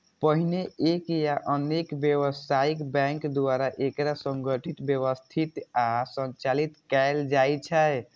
पहिने एक या अनेक व्यावसायिक बैंक द्वारा एकरा संगठित, व्यवस्थित आ संचालित कैल जाइ छै